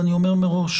ואני אומר מראש,